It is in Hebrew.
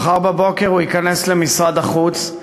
מחר בבוקר הוא ייכנס למשרד החוץ,